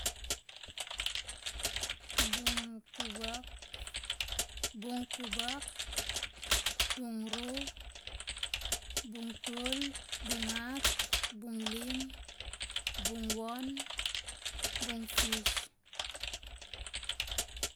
Bong kubak bong kubak bong rou bong tol bong hat bong lim bong won bong fis